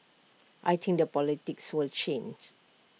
I think the politics will change